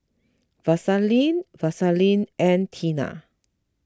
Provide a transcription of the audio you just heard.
Vaselin Vaselin and Tena